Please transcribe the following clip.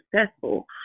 successful